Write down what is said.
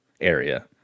area